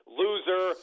loser